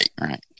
right